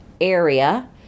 area